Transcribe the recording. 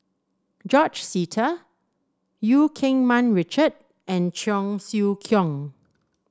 George Sita Eu Keng Mun Richard and Cheong Siew Keong